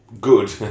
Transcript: good